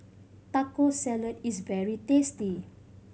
Taco Salad is very tasty